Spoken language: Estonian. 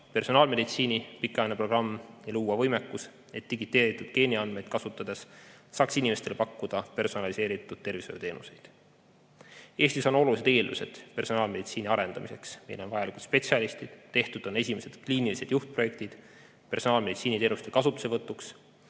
personaalmeditsiini pikaajaline programm ja luua võimekus, et digiteeritud geeniandmeid kasutades saaks inimestele pakkuda personaliseeritud tervishoiuteenuseid. Eestis on olulised eeldused personaalmeditsiini arendamiseks. Meil on vajalikud spetsialistid, tehtud on esimesed kliinilised juhtprojektid personaalmeditsiiniteenuste kasutuselevõtuks,